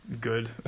good